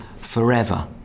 forever